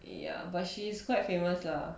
ya but she's quite famous lah